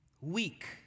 weak